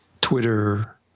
Twitter